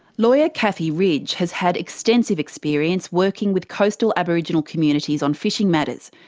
lawyer kathy ridge has had extensive experience working with coastal aboriginal communities on fishing matters.